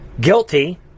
guilty